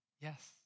Yes